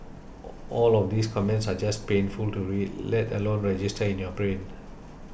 all of these comments are just painful to read let alone register in your brain